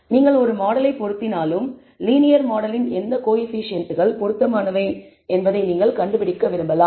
நீங்கள் ஒரு மாடலை பொருத்தினாலும் லீனியர் மாடலின் எந்த கோயபிசியன்ட்கள் பொருத்தமானவை என்பதை நீங்கள் கண்டுபிடிக்க விரும்பலாம்